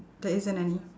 there isn't any